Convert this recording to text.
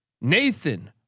Nathan